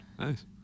Nice